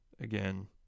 Again